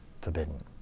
forbidden